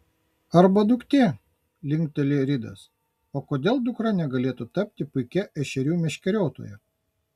arba duktė linkteli ridas o kodėl dukra negalėtų tapti puikia ešerių meškeriotoja